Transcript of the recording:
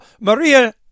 Maria